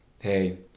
hey